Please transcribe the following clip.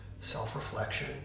self-reflection